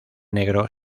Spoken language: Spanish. negro